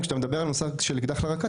כשאתה מדבר על מושג של אקדח לרקה,